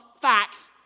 facts